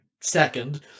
second